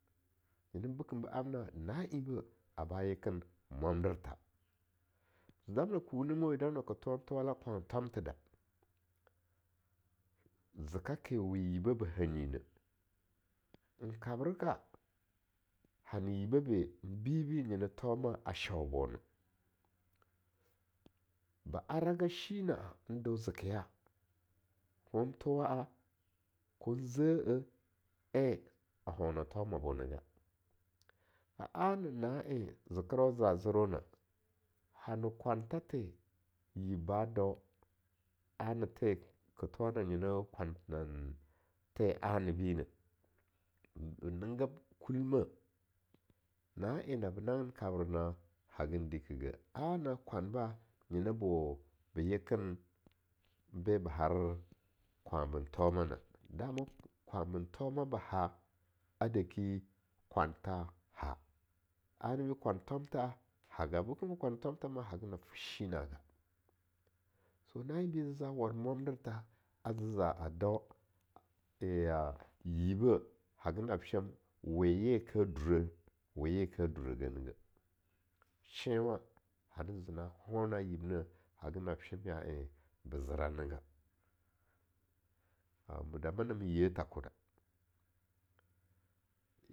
Nyena bekem be amna na-enbeh a ba yeken mwamdertha, damna ka thuwan thowala kwana thomtheda, zeka ke we yibbeh ba hanyineh, n kabreka hana yibeh be bibeh nyena thoma a shaubona, ba araga shina n deo zekeya, kon thowa, kon zee-eh en a hona tho ma bo nega, a ana na en zekerwa za zerwona hana kwanth the yib ba dau ana the ka thowa nyeno kwanthe nam-the anabine be ninggeb kulmeh na en nabe nanggin n kabrena hagan dikig ana kwanba nyena bo ba yeken be ba har kwandon thomana, dama kwanbe thoma ba hah, a deki kwantha-hah anibi kwan thomtha haga bekembo kwanthomtha ma haga nab fe shi na'aga so na enbi zaza war mwandertha, a zeza a dau yaga yibbeh haga nab shem weye ka durah, weye ka durahge negeh, shenwan hanizena hona yibneh haga nab shem ya en ba zeranega A-a madama namaye thakoda.